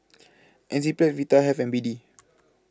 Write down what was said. Enzyplex Vitahealth and B D